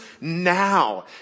now